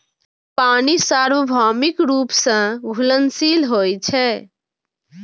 पानि सार्वभौमिक रूप सं घुलनशील होइ छै